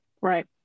Right